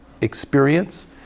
experience